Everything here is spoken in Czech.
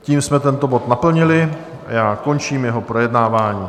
Tím jsme tento bod naplnili a já končím jeho projednávání.